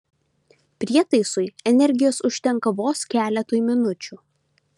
prietaisui energijos užtenka vos keletui minučių